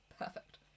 Perfect